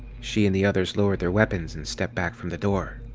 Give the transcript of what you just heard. she and the others lowered their weapons and stepped back from the door.